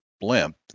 Blimp